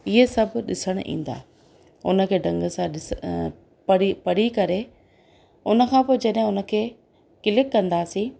इहे सभु ॾिसणु ईंदा उन खे ढंग सां ॾिसणु पढ़ी पढ़ी करे उन खां पोइ जॾहिं उन खे क्लिक कंदासीं